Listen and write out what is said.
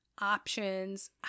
options